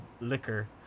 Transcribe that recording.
liquor